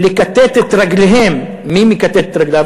לכתת את רגליהם, מי מכתת את רגליו?